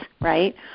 right